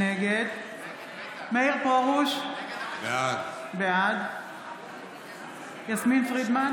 נגד מאיר פרוש, בעד יסמין פרידמן,